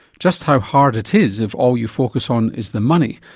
just how hard it is, if all you focus on is the money,